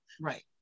Right